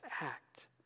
act